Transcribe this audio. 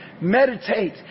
meditate